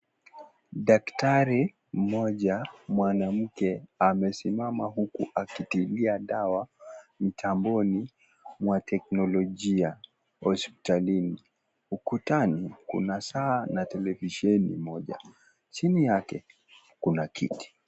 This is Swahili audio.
Daktari moja mwanamke amesimama huku akitumia dawa mtamboni mwa technologia hospitalini, ukutani kunataa na televisieni moja, chini yake kuna kiti